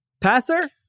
passer